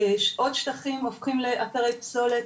עוד שטחים הופכים לאתרי פסולת,